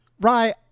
Right